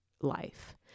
life